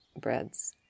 breads